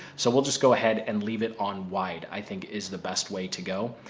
so we'll just go ahead and leave it on wide. i think is the best way to go.